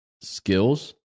skills